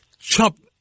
chump